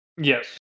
Yes